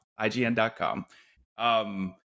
IGN.com